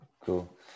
Cool